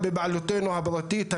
אם שיפרתם,